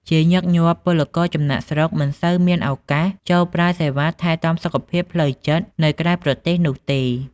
ជាញឹកញាប់ ពលករចំណាកស្រុកមិនសូវមានឱកាសចូលប្រើសេវាថែទាំសុខភាពផ្លូវចិត្តនៅក្រៅប្រទេសនោះទេ។